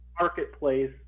Marketplace